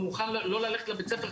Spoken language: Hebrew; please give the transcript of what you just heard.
הוא מוכן לא ללכת לבית הספר,